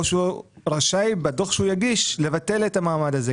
או שהוא רשאי בדוח שהוא יגיש לבטל את המעמד הזה?